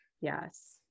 Yes